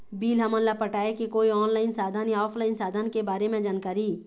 Bill हमन ला पटाए के कोई ऑनलाइन साधन या ऑफलाइन साधन के बारे मे जानकारी?